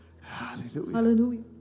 Hallelujah